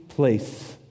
place